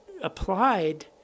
applied